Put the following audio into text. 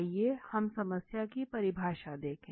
आइए हम समस्या की परिभाषा देखें